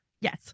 Yes